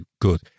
good